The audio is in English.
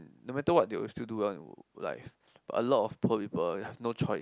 no matter what they will still do one like a lot of poor people ya no choice